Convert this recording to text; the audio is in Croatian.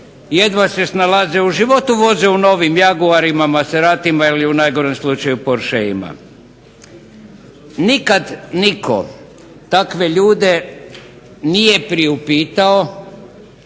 jedva se snalaze u životu. Voze u novim jaguarima, maseratima ili u najgorem slučaju porscheima. Nikada nitko takve ljude nije priupitao